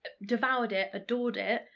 devoured it, adored it,